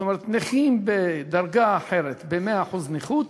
זאת אומרת, נכים בדרגה אחרת, ב-100% נכות,